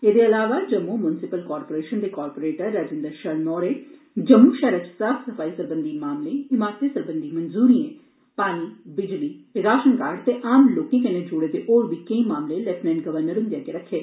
एहदे अलावा Jammu municipal corporation दे कारपोरेटर रजिंदर शर्मा होरें जम्मू शैहरा च साफ सफाई सरबंधी मामले इमारते सरबंधी मंजूरिए पानी बिजली राशन कार्डे ते आम लोर्के कन्नै जुड़े दे होर बी केई मामले लेफ्टिनेंट गवर्नर हुंदे अग्गे रक्खे